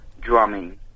drumming